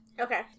Okay